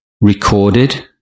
recorded